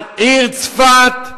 העיר צפת,